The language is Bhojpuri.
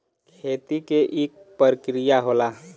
खेती के इक परिकिरिया होला